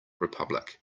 republic